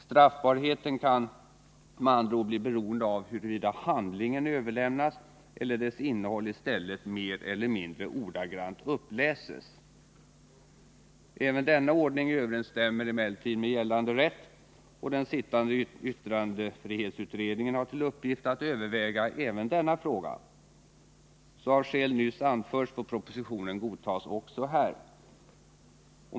Straffbarheten kan med andra ord bli beroende av huruvida handlingen överlämnas eller dess innehåll i stället mer eller mindre ordagrant uppläses. Även denna ordning överensstämmer emellertid med gällande rätt. Den sittande yttrandefrihetsutredningen har till uppgift att överväga även denna fråga. Av skäl som nyss anförts får propositionen godtas också här.